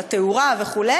על התאורה וכו',